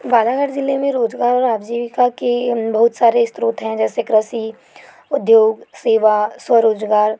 बालाघाट ज़िले में रोजगार और आजीविका के बहुत सारे स्रोत हैं जैसे कृषि उद्योग सेवा स्व रोजगार